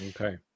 Okay